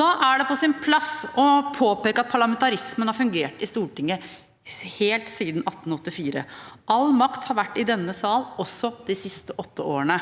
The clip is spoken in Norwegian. Da er det på sin plass å påpeke at parlamentarismen har fungert i Stortinget helt siden 1884. All makt har vært i denne sal også de siste åtte årene.